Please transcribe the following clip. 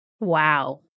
Wow